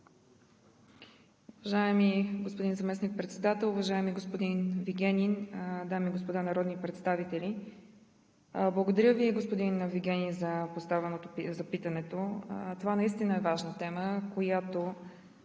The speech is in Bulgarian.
Уважаеми господин заместник-председател, уважаеми господин Вигенин, дами и господа народни представители! Благодаря Ви, господин Вигенин, за питането. Това наистина е важна тема, която,